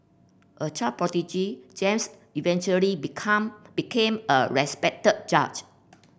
a child prodigy James eventually become became a respected judge